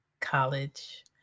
college